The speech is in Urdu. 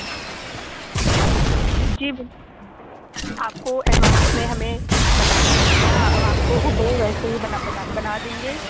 جی آپ کو ایڈوانس میں ہمیں بتانا پڑے گا اب آپ کو ہوبہو ویسے ہی بنا بتا بنا دیں گے